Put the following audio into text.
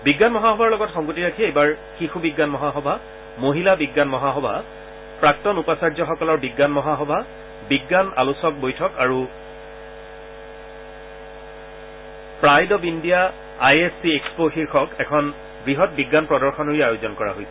বিজ্ঞান মহাসভাৰ লগত সংগতি ৰাখি এইবাৰ শিশু বিজ্ঞান মহাসভা মহাসভা প্ৰাক্তন উপাচাৰ্যসকলৰ বিজ্ঞান মহাসভা বিজ্ঞান আলোচক বৈঠক আৰু pride of India I S C expo শীৰ্ষক এখন বৃহৎ বিজ্ঞান প্ৰদশনীৰো আয়োজন কৰা হৈছে